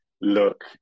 look